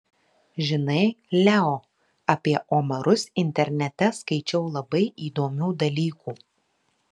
žinai leo apie omarus internete skaičiau labai įdomių dalykų